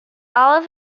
all